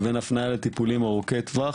לבן הפניה לטיפולים ארוכי טווח.